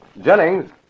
Jennings